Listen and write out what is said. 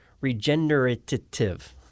Regenerative